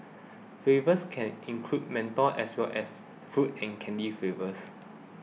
flavours can include menthol as well as fruit and candy flavours